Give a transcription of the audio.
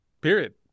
Period